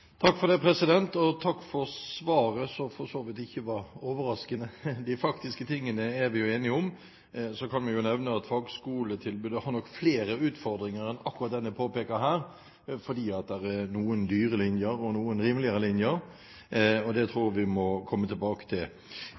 Takk for svaret, som for så vidt ikke var overraskende. De faktiske tingene er vi jo enige om. Så kan vi jo nevne at fagskoletilbudet nok har flere utfordringer enn akkurat den jeg påpeker her, fordi det er noen dyre linjer og noen rimeligere linjer. Det tror jeg vi må komme tilbake til.